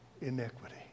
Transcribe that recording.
iniquity